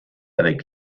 avec